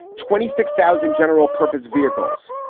twenty six thousand general purpose vehicles.